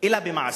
אלא במעשים.